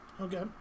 Okay